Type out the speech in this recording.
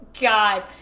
God